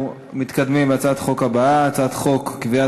בעד,